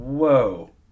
Whoa